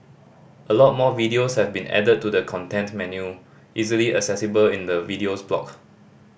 a lot more videos have been added to the content menu easily accessible in the Videos block